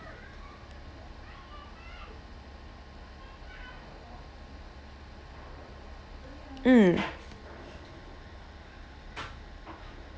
mm